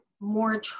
more